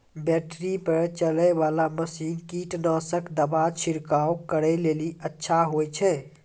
Battery पर चलै वाला मसीन कीटनासक दवा छिड़काव करै लेली अच्छा होय छै?